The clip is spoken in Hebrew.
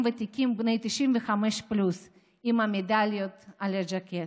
ותיקים בני 95 פלוס עם המדליות על הז'קט,